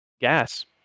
gas